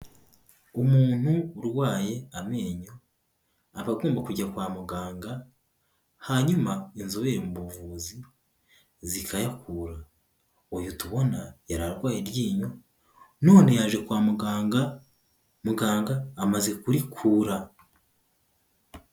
Umuntu urwaye amenyo aba agomba kujya kwa muganga hanyuma inzobere mu buvuzi zikayakura, uya tubona yararwaye iryinyo none yaje kwa muganga, muganga amaze kurikura.